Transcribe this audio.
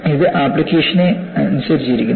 ഇത് അപ്ലിക്കേഷനെ ആശ്രയിച്ചിരിക്കുന്നു